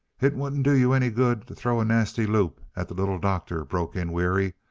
it wouldn't do you any good to throw a nasty loop at the little doctor, broke in weary,